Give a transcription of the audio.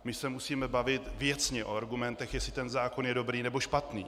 My se musíme bavit věcně o argumentech, jestli ten zákon je dobrý, nebo špatný.